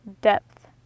depth